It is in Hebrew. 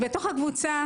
בתוך הקבוצה,